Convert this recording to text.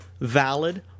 valid